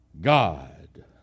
God